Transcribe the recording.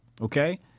Okay